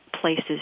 places